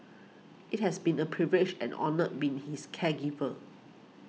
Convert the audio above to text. it has been a privilege and honour being his caregiver